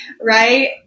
right